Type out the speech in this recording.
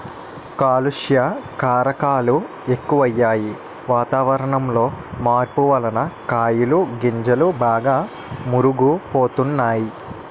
కాలుష్య కారకాలు ఎక్కువయ్యి, వాతావరణంలో మార్పు వలన కాయలు గింజలు బాగా మురుగు పోతున్నాయి